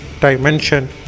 dimension